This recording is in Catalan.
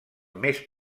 més